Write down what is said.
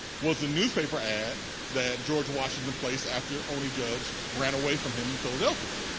was the newspaper ad that george washington placed after oney judge ran away from him in philadelphia.